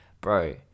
bro